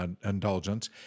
Indulgence